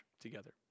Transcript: together